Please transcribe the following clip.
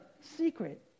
secret